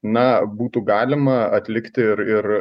na būtų galima atlikti ir ir